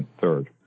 third